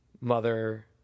mother